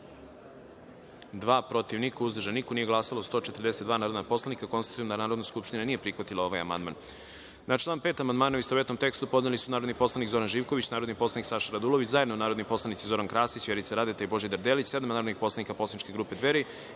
dva, protiv – niko, uzdržanih – nema, nije glasalo 140 narodnih poslanika. Konstatujem da Narodna skupština nije prihvatila ovaj amandman. Na član 27. amandmane, u istovetnom tekstu, podneli su narodni poslanik Zoran Živković, narodni poslanik Saša Radulović, zajedno narodni poslanici Zoran Krasić, Vjerica Radeta i Momčilo Mandić, sedam narodnih poslanik poslaničke grupe Dveri